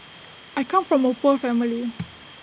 I come from A poor family